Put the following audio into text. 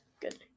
Good